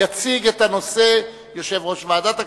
התש"ע 2009. יציג את הנושא יושב-ראש ועדת הכספים,